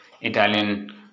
Italian